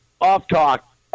Off-talk